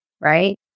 Right